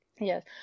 yes